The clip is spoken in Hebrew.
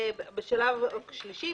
בשלב שלישי,